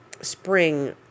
spring